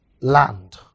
land